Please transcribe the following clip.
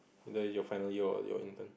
and then your final or your or your intern